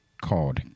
called